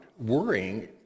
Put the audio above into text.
Worrying